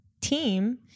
team